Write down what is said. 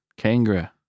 Kangra